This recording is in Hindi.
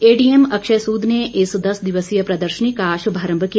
एडीएम अक्षय सूद ने इस दस दिवसीय प्रदर्शनी का शुभारंभ किया